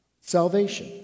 Salvation